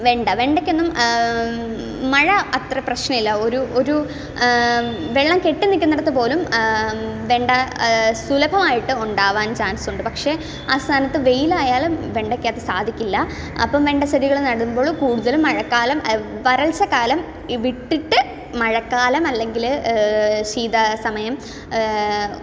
വെണ്ട വെണ്ടയ്ക്കൊന്നും മഴ അത്ര പ്രശ്നമല്ല ഒരു ഒരു വെള്ളം കെട്ടിനിൽക്കുന്ന ഇടത്ത് പോലും വെണ്ട സുലഭമായിട്ട് ഉണ്ടാവാൻ ചാൻസ് ഉണ്ട് പക്ഷേ ആസ്ഥാനത്ത് വെയിൽ ആയാലും വെണ്ടയ്ക്കകത്ത് സാധിക്കില്ല അപ്പം വെണ്ട ചെടികള് നടുമ്പോഴും കൂടുതലും മഴക്കാലം വരൾച്ച കാലം വിട്ടിട്ട് മഴക്കാലം അല്ലെങ്കിൽ ശീത സമയം